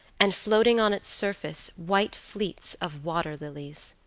and floating on its surface white fleets of water lilies.